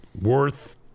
worth